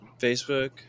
Facebook